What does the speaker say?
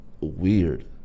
weird